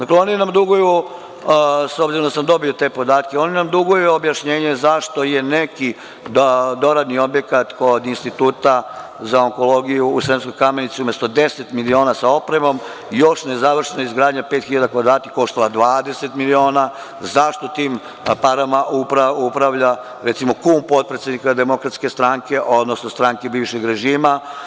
Oni nam duguju, s obzirom da sam dobio te podatke, oni nam duguju objašnjenje zašto je neki doradni objekat kod Instituta za onkologiju u Sremskoj Kamenici, umesto 10 miliona sa opremom, još nezavršena izgradnja 5.000 kvadrata koštala 20 miliona, zašto tim parama upravlja recimo kum potpredsednika DS, odnosno stranke bivšeg režima?